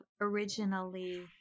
originally